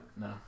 No